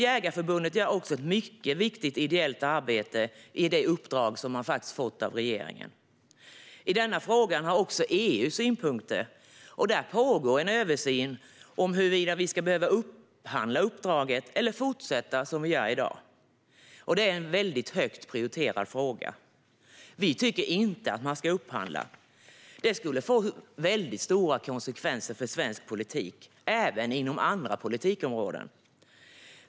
Jägareförbundet gör också ett mycket viktigt ideellt arbete i det uppdrag som man har fått av regeringen. I denna fråga har också EU synpunkter. Där pågår en översyn av huruvida vi ska behöva upphandla uppdraget eller fortsätta som vi gör i dag. Det är en väldigt högt prioriterad fråga. Vi tycker inte att man ska upphandla. Detta skulle få stora konsekvenser för svensk politik, även inom andra politikområden.